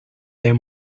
their